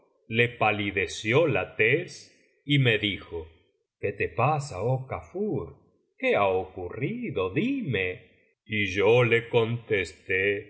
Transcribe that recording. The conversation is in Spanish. le palideció la tez y me dijo qué te pasa oh kafur qué ha ocurrido dime y yo le contesté oh